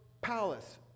palace